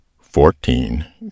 fourteen